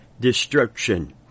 destruction